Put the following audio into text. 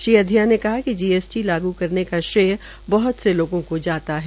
श्री अधिया ने कहा कि जीएसटी लागू करने का श्रेय बहत से लोगों को जाता है